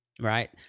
right